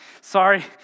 sorry